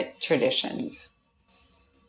traditions